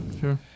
sure